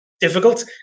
difficult